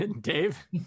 Dave